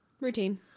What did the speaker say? Routine